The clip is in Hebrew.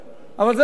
אבל זה לא הולך.